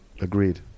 agreed